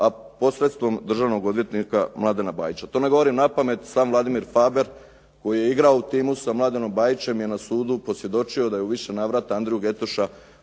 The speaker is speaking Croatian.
a posredstvom državnog odvjetnika Mladena Bajića. To ne govorim napamet, sam Vladimir Faber koji je igrao u timu sa Mladenom Bajićem je na sudu posvjedočio da je u više navrata Andriju Getoša